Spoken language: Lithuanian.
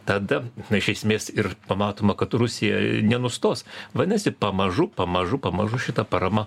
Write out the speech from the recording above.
tada iš esmės ir pamatoma kad rusija nenustos vadinasi pamažu pamažu pamažu šita parama